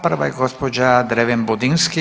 Prva je gospođa Dreven Budinski.